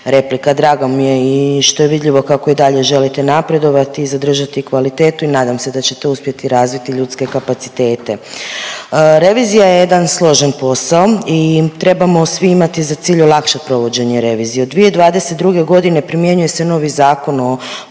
Drago mi je i što je vidljivo kako i dalje želite napredovati i zadržati kvalitetu i nadam se da ćete uspjeti razviti ljudske kapacitete. Revizija je jedan složen posao i trebamo svi imati za cilj olakšati provođenje revizije. Od 2022. godine primjenjuje se novi Zakon o